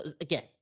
again